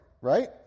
right